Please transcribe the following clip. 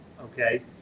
okay